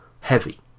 heavy